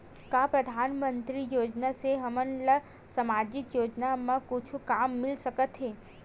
का परधानमंतरी योजना से हमन ला सामजिक योजना मा कुछु काम मिल सकत हे?